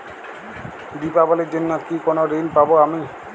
দীপাবলির জন্য কি কোনো ঋণ পাবো আমি?